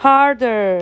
?Harder 。